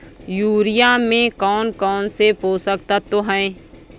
Urea में कौन कौन से पोषक तत्व है?